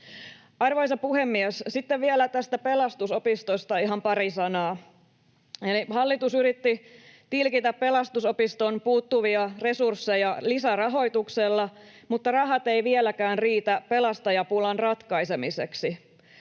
Arvoisa puhemies! Sitten vielä tästä Pelastusopistosta ihan pari sanaa: Hallitus yritti tilkitä Pelastusopiston puuttuvia resursseja lisärahoituksella, mutta rahat eivät vieläkään riitä pelastajapulan ratkaisemiseksi.